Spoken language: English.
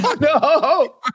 No